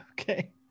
Okay